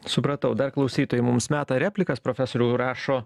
supratau dar klausytojai mums meta replikas profesoriau rašo